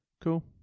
Cool